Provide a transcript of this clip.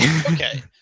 Okay